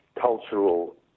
cultural